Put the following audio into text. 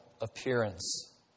appearance